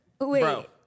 Wait